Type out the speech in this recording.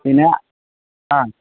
बेनो